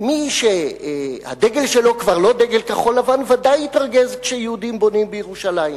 מי שהדגל שלו כבר לא דגל כחול-לבן ודאי יתרגז כשיהודים בונים בירושלים.